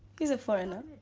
he's a foreigner.